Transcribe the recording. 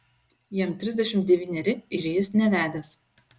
jam trisdešimt devyneri ir jis nevedęs